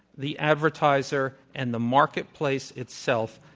the advertiser, and the marketplace itself,